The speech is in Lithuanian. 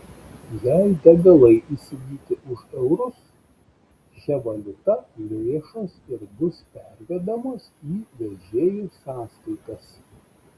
jei degalai įsigyti už eurus šia valiuta lėšos ir bus pervedamos į vežėjų sąskaitas